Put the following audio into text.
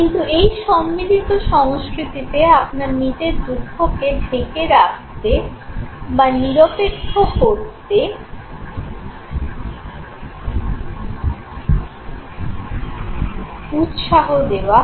কিন্তু এই সম্মিলিত সংস্কৃতিতে আপনাকে নিজের দুঃখকে ঢেকে রাখতে বা নিরপেক্ষ করতে উৎসাহ দেওয়া হয়